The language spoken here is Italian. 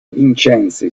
vincenzi